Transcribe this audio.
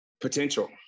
Potential